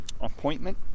appointment